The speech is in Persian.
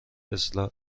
اصلاحات